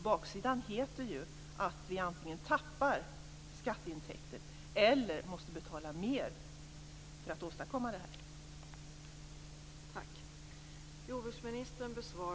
Baksidan heter ju att vi antingen tappar skatteintäkter eller måste betala mer för att åstadkomma det här.